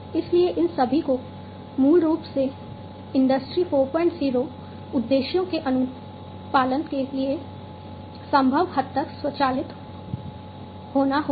इसलिए इन सभी को मूल रूप से इंडस्ट्री 40 उद्देश्यों के अनुपालन के लिए संभव हद तक स्वचालित होना होगा